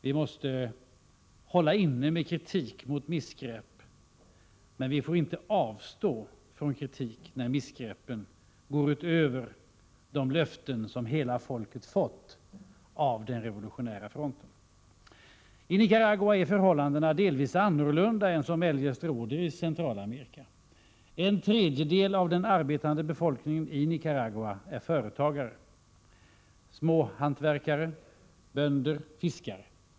Vi måste hålla inne med kritik mot missgrepp, men vi får inte avstå från kritik, när missgreppen går utöver de löften som hela folket fått av den revolutionära fronten. I Nicaragua är förhållandena delvis annorlunda än de som eljest råder i Centralamerika. En tredjedel av den arbetande befolkningen i Nicaragua är företagare — småhantverkare, bönder och fiskare.